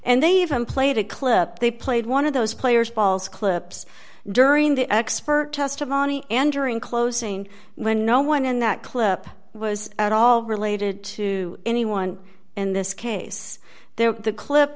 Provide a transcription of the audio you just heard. and they even played a clip they played one of those players balls clips during the expert testimony and during closing when no one in that clip was at all related to anyone in this case they're the clip